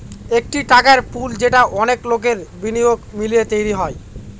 একটি টাকার পুল যেটা অনেক লোকের বিনিয়োগ মিলিয়ে তৈরী হয়